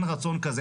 אין רצון כזה,